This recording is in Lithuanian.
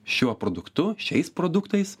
šiuo produktu šiais produktais